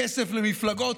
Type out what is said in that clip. כסף למפלגות,